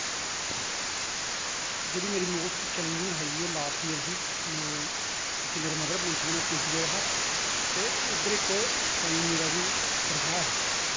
जेह्ड़ी मेरी most higher challenging last year ही क्योंकि मेरे मदर पुंछ दे न में पुंछ गेदा हा ते उध्दर इक साईं मीरा दी दरगाह् ऐ